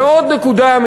ועוד נקודה,